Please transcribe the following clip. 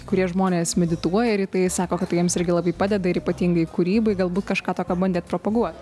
kurie žmonės medituoja rytais sako kad tai jiems irgi labai padeda ir ypatingai kūrybai galbūt kažką tokio bandėt propaguot